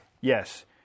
Yes